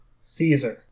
Caesar